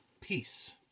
peace